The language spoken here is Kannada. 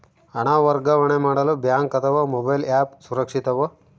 ಹಣ ವರ್ಗಾವಣೆ ಮಾಡಲು ಬ್ಯಾಂಕ್ ಅಥವಾ ಮೋಬೈಲ್ ಆ್ಯಪ್ ಸುರಕ್ಷಿತವೋ?